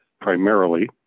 primarily